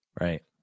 Right